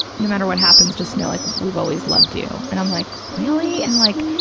no matter what happens, just know like we've always loved you, and i'm like, really? and like,